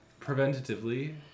preventatively